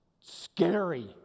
scary